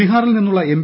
ബിഹാറിൽ നിന്നുള്ള എം